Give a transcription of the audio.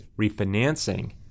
refinancing